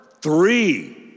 three